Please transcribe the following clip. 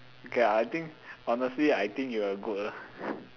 okay ah I think honestly I think you're goat ah